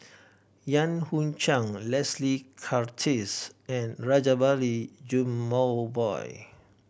Yan Hui Chang Leslie Charteris and Rajabali Jumabhoy